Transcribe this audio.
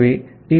ஆகவே டி